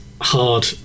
hard